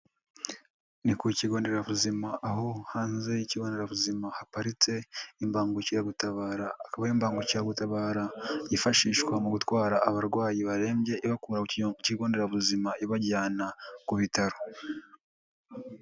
Ni ku kigo nderabuzima aho hanze y'ikigo nderabuzima haparitse imbangukiragutabara akaba ari imbangukiragutabara yifashishwa mu gutwara abarwayi barembye ibakura ku kigo nderabuzima ibajyana ku bitaro.